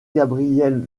gabriel